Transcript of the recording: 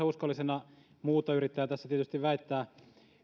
uskollisena muuta yrittää tässä tietysti väittää